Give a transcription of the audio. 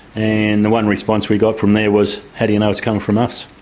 and the one response we got from there was, how do you know it's coming from us?